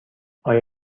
آیا